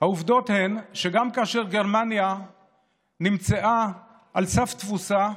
העובדות הן שגם כאשר גרמניה נמצאה על סף תבוסה,